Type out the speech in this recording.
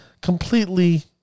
completely